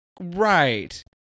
right